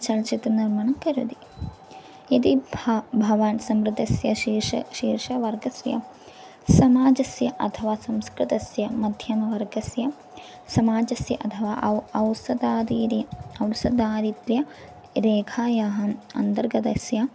चलच्चित्रनिर्माणं करोति यदि भा भवान् समृद्धस्य शीर्षं शीर्षवर्गस्य समाजस्य अथवा संस्कृतस्य मध्यमवर्गस्य समाजस्य अथवा औ औषधादीनि औषधादित्ये रेखायाः अन्तर्गतस्य